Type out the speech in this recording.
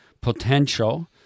potential